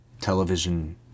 television